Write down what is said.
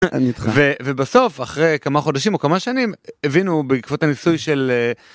אני איתך, ובסוף אחרי כמה חודשים או כמה שנים הבינו בעקבות הניסוי של.